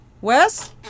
Wes